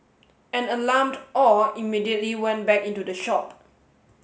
an alarmed Aw immediately went back into the shop